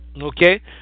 Okay